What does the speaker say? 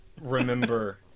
remember